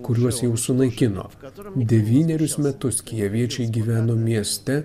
kuriuos jau sunaikino devynerius metus kijeviečiai gyveno mieste